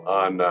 on